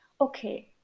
okay